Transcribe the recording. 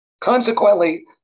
Consequently